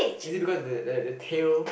it is because the the the tail